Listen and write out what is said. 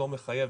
לא מחייב,